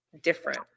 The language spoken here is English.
different